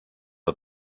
are